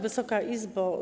Wysoka Izbo!